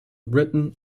written